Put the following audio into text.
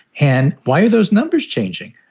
and why are those numbers changing?